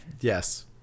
Yes